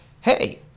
hey